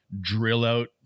drill-out